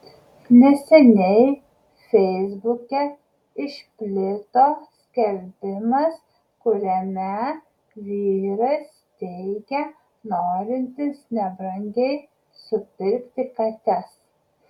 neseniai feisbuke išplito skelbimas kuriame vyras teigia norintis nebrangiai supirkti kates